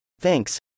Thanks